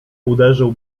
uderzył